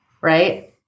right